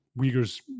Uyghurs